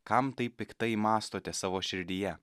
kam taip piktai mąstote savo širdyje